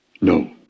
No